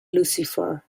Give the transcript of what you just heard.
lucifer